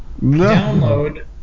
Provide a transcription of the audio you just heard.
download